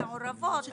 אנחנו